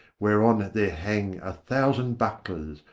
whereon there hang a thousand bucklers,